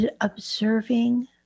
observing